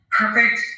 perfect